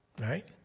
right